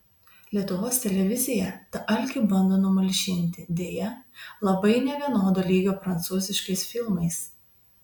lietuvos televizija tą alkį bando numalšinti deja labai nevienodo lygio prancūziškais filmais